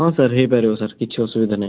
ହଁ ସାର୍ ହେଇପାରିବ ସାର୍ କିଛି ଅସୁବିଧା ନାହିଁ